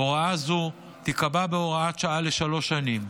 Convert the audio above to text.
הוראה זו תיקבע בהוראת שעה לשלוש שנים.